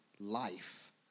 life